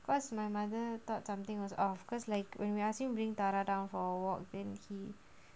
cause my mother thought something was off cause like when we ask him bring dora down for a walk then he